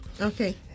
Okay